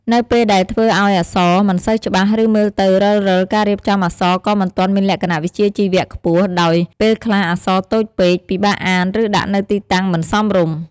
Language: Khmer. នៅពេលដែលធ្វើឱ្យអក្សរ មិនសូវច្បាស់ ឬមើលទៅរិលៗការរៀបចំអក្សរក៏មិនទាន់មានលក្ខណៈវិជ្ជាជីវៈខ្ពស់ ដោយពេលខ្លះអក្សរតូចពេក ពិបាកអាន ឬដាក់នៅទីតាំងមិនសមរម្យ ។